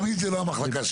"תמיד" זו לא המחלקה שלי.